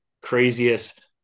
craziest